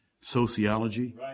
sociology